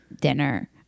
dinner